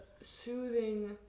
soothing